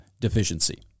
deficiency